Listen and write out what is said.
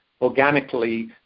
organically